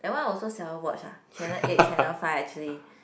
that one also seldom watch ah channel eight channel five actually